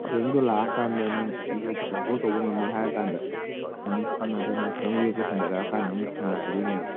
ꯁ꯭ꯇꯔꯦꯡꯗꯣ ꯂꯥꯛꯑꯀꯥꯟꯗ ꯅꯪ ꯋꯦꯠꯁꯦ ꯀꯟꯇ꯭ꯔꯣꯜ ꯇꯧꯕ ꯉꯝꯃꯦ ꯍꯥꯏꯔꯀꯥꯟꯗ ꯑꯃꯨꯛ ꯁꯥꯟꯅꯗꯣꯏꯅꯦ ꯈꯤꯇꯪ ꯋꯦꯠꯁꯦ ꯍꯟꯗꯔꯛꯑꯀꯥꯟꯗ ꯑꯃꯨꯛ ꯁꯥꯟꯅꯔꯛꯀꯗꯣꯏꯅꯦꯕ